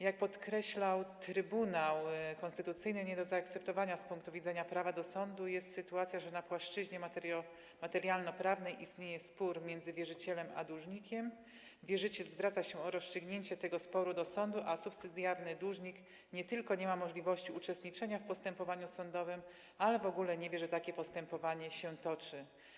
Jak podkreślał Trybunał Konstytucyjny, nie do zaakceptowania z punktu widzenia prawa do sądu jest sytuacja, że na płaszczyźnie materialnoprawnej istnieje spór między wierzycielem a dłużnikiem, wierzyciel zwraca się o rozstrzygnięcie tego sporu do sądu, a subsydiarny dłużnik nie tylko nie ma możliwości uczestniczenia w postępowaniu sądowym, ale w ogóle nie wie, że takie postępowanie się toczy.